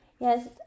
Yes